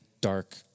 dark